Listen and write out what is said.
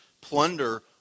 plunder